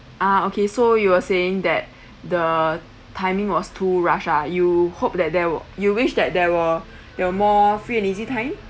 ah okay so you were saying that the timing was too rush ah you hope that there were you wish that there were there were more free and easy time